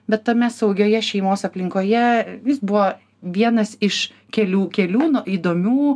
bet tame saugioje šeimos aplinkoje jis buvo vienas iš kelių kelių nu įdomių